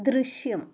ദൃശ്യം